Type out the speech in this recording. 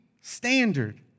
standard